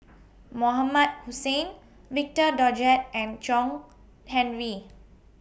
Mohamed Hussain Victor Doggett and John Henry